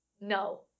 No